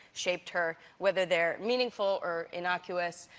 shaped her, whether they're meaningful or innocuous,